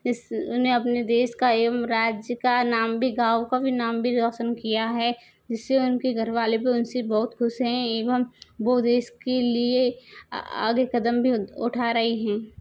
इस उन्होंने अपने देश का एवं राज्य का नाम भी गाँव का भी नाम भी रोशन किया है जिस से उन के घर वाले भी उन से बहुत ख़ुश हैं एवं वो देश के लिए आगे क़दम भी उठा रही हैं